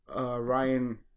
Ryan